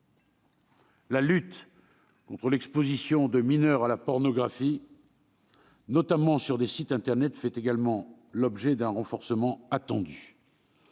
La lutte contre l'exposition des mineurs à la pornographie, notamment sur des sites internet, fait également l'objet d'un renforcement attendu.